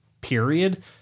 period